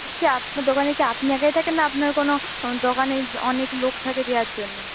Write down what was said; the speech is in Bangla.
বলছি আপনার দোকানে কি আপনি একাই থাকেন না আপনার কোনো দোকানে অনেক লোক থাকে দেওয়ার জন্য